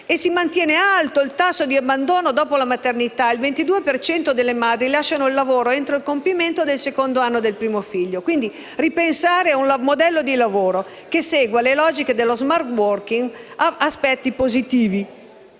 e si mantiene alto il tasso di abbandono dopo la maternità: il 22 per cento delle madri lascia il lavoro entro il compimento del secondo anno del primo figlio. Quindi, ripensare il modello di lavoro che segua le logiche dello *smart working* ha aspetti positivi